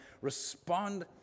respond